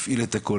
הפעיל את הכל,